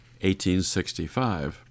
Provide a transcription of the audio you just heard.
1865